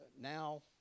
now